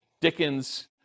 Dickens